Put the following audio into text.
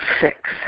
six